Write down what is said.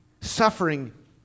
suffering